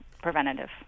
preventative